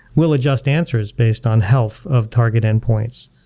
we'll adjust answers based on health of target endpoints.